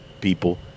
people